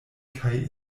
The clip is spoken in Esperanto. kaj